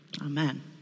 Amen